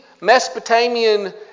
Mesopotamian